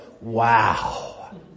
wow